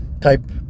type